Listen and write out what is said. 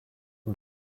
and